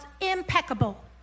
impeccable